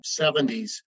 70s